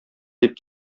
дип